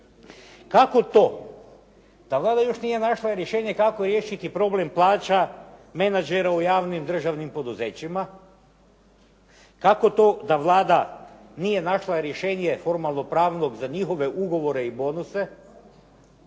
Kako to da Vlada još nije našla rješenje kako riješiti problem plaća menadžera u javnim, državnim poduzećima? Kako to da Vlada nije našla rješenje formalno pravnog za njihove ugovore i bonuse?